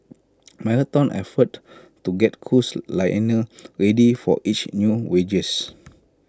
marathon effort to get cruise liner ready for each new voyages